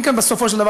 בסופו של דבר,